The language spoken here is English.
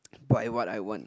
buy what I want